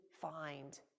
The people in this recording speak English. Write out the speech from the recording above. find